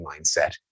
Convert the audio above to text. mindset